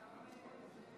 מחיקה ממאגרי מידע),